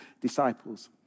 disciples